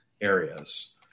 areas